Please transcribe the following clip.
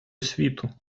світу